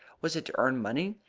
was it to earn money?